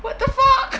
what the fuck